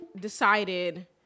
decided